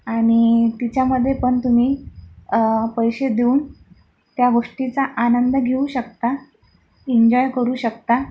आणि तिच्यामध्ये पण तुम्ही पैसे देऊन त्या गोष्टीचा आनंद घेऊ शकता एन्जॉय करू शकता